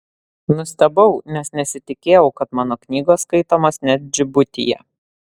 nustebau nes nesitikėjau kad mano knygos skaitomos net džibutyje